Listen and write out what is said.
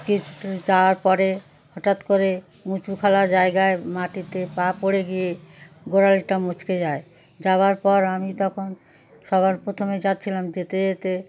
কিছু দূর যাওয়ার পরে হঠাৎ করে উঁচু খোলা জায়গায় মাটিতে পা পড়ে গিয়ে গোড়ালিটা মচকে যায় যাওয়ার পর আমি তখন সবার প্রথমে যাচ্ছিলাম যেতে যেতে